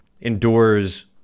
endures